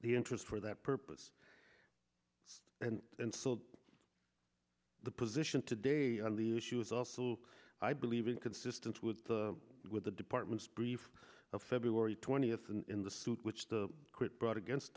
the interest for that purpose and and so the position today on the issue was also i believe inconsistent with the with the department's brief of february twentieth and in the suit which the quit brought against